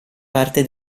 parte